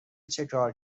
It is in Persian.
چکار